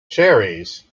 cherries